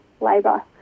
labour